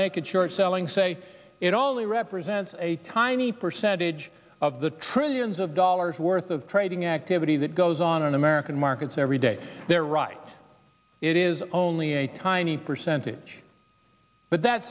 naked short selling say it only represents a tiny percentage of the trillions of dollars worth of trading activity that goes on in american markets every day they're right it is only a tiny percentage but that